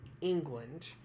England